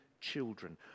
children